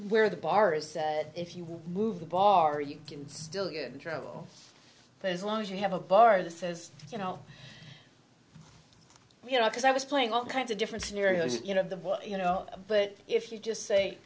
where the bar is said if you will move the bar you can still get in trouble as long as you have a bar the says you know we have to say i was playing all kinds of different scenarios you know the you know but if you just say